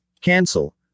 Cancel